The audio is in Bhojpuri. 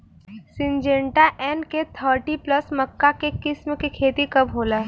सिंजेंटा एन.के थर्टी प्लस मक्का के किस्म के खेती कब होला?